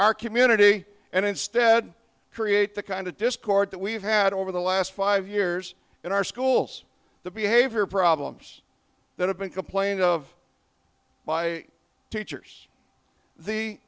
our community and instead create the kind of discord that we've had over the last five years in our schools the behavior problems that have been complained of by teachers the